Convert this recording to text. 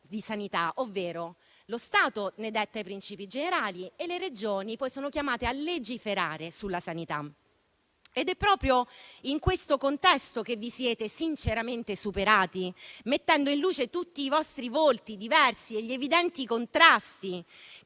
di sanità, ovvero lo Stato detta i princìpi generali e le Regioni poi sono chiamate a legiferare sulla sanità. È proprio in questo contesto che vi siete sinceramente superati, mettendo in luce tutti i vostri volti diversi e gli evidenti contrasti,